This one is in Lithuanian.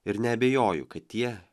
ir neabejoju kad tie